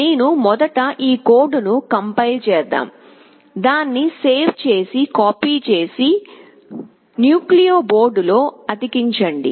నేను మొదట ఈ కోడ్ను కంపైల్ చేద్దాం దాన్ని సేవ్ చేసి కాపీ చేసి న్యూక్లియో బోర్డులో అతికించండి